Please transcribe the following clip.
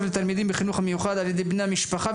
לתלמידים בחינוך המיוחד על ידי בני משפחה,